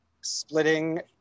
splitting